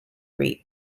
reap